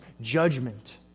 judgment